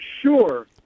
sure